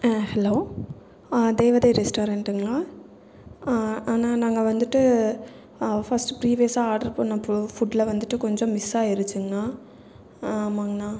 hello தேவதை ரெஸ்ட்டாரெண்ட்டுங்களா அண்ணா நாங்கள் வந்துட்டு ஃபர்ஸ்ட் ப்ரீவியஸாக ஆர்ட்ரு பண்ண பு ஃபுட்டில் வந்துட்டு கொஞ்சம் மிஸ்ஸாயிருச்சிங்கணா ஆமாங்கணா